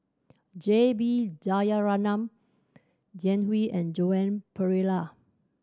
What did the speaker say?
J B Jeyaretnam Jiang Hu and Joan Pereira